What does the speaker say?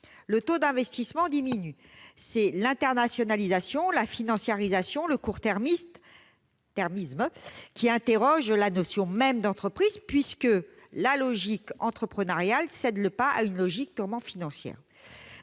le taux d'investissement diminue. L'internationalisation, la financiarisation et le court-termisme interrogent la notion même d'entreprise, puisque la logique entrepreneuriale cède le pas à une logique purement financière.